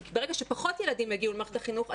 כי ברגע שפחות ילדים יגיעו למערכת החינוך,